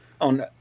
on